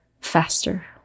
faster